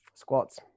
Squats